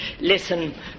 listen